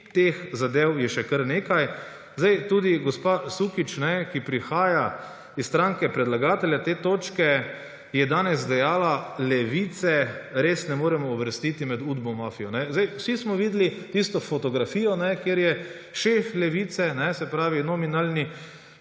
Teh zadev je še kar nekaj. Tudi gospa Sukič, ki prihaja iz stranke predlagatelja te točke, je danes dejala: »Levice res ne moremo uvrstiti med udbomafijo.« Vsi smo videli tisto fotografijo, kjer je šef Levice, se pravi nominalni